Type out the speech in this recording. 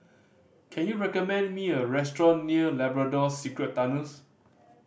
can you recommend me a restaurant near Labrador Secret Tunnels